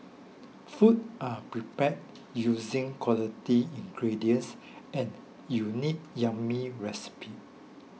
food are prepared using quality ingredients and unique yummy recipes